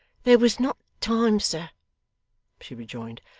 there was not time, sir she rejoined.